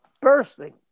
bursting